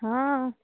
ହଁ